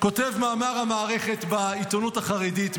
כותב מאמר המערכת בעיתונות החרדית,